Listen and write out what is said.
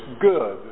good